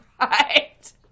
right